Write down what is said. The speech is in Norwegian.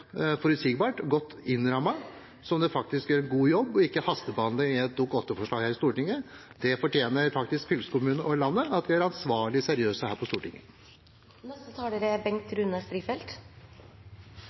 forutsigbart og godt innrammet, sånn at det faktisk gjøres en god jobb og en ikke foretar en hastebehandling gjennom et Dokument 8-forslag her i Stortinget. Det fortjener faktisk fylkeskommunene og landet, at vi er ansvarlige og seriøse her på